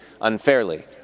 unfairly